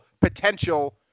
potential